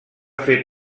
fer